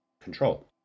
control